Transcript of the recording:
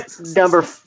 Number